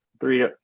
three